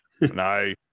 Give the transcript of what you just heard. No